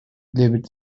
livid